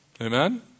Amen